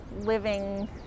living